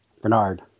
Bernard